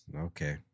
Okay